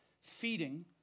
feeding